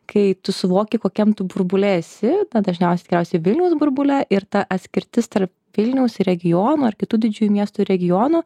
kai tu suvoki kokiam tu burbule esi dažniausiai tikriausiai vilniaus burbule ir ta atskirtis tarp vilniaus ir regiono ir kitų didžiųjų miestų ir regionų